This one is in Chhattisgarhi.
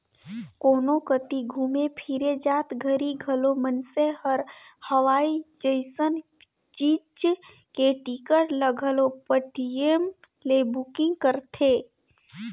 कोनो कति घुमे फिरे जात घरी घलो मइनसे हर हवाई जइसन चीच के टिकट ल घलो पटीएम ले बुकिग करथे